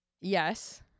yes